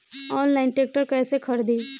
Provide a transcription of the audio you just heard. Online tractor कैसे खरदी?